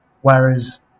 whereas